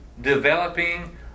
developing